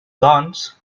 doncs